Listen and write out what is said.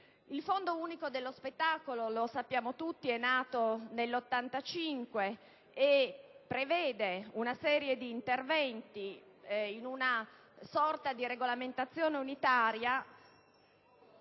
Il Fondo unico per lo spettacolo, lo sappiamo tutti, è nato nel 1985 e prevede una serie di interventi, in una sorta di regolamentazione unitaria,